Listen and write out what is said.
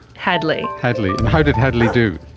hadley. hadley. and how did hadley do?